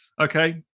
Okay